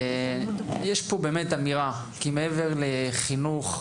יש פה באמת אווירה, כי מעבר לחינוך הפורמלי,